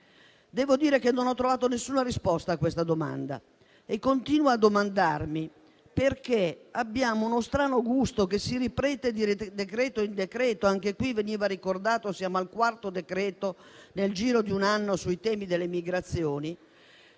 Devo dire che non ho trovato nessuna risposta a questa domanda e continuo a domandarmi, visto che abbiamo uno strano gusto che si ripete di decreto-legge in decreto-legge (come è stato ricordato, siamo al quarto decreto-legge nel giro di un anno sul tema delle migrazioni)